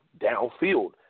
downfield